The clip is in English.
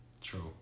True